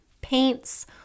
paints